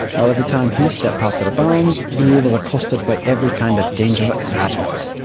while everytime he stepped past their bounds he was accosted by every kind of danger imaginable.